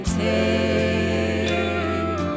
take